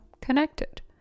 connected